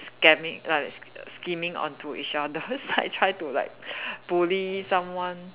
scamming like scheming onto each other so like try to like bully someone